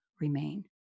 remain